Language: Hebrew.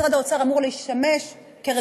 משרד האוצר אמור לשמש כרגולטור.